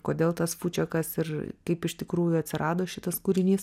kodėl tas fučiakas ir kaip iš tikrųjų atsirado šitas kūrinys